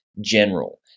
general